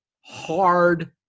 hard